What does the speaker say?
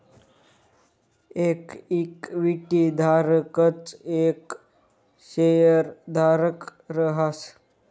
येक इक्विटी धारकच येक शेयरधारक रहास